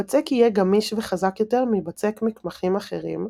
הבצק יהיה גמיש וחזק יותר מבצק מקמחים אחרים,